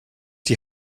die